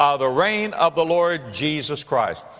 um the reign of the lord jesus christ.